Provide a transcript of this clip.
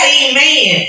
amen